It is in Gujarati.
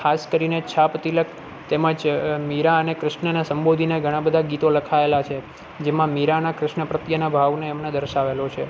ખાસ કરીને છાપ તિલક તેમ જ મીરા અને ક્રિશ્નને સંબોધીને ઘણાબધા ગીતો લખાએલા છે જેમાં મીરાના ક્રિશ્ન પ્રત્યેના ભાવને એમણે દર્શાવેલો છે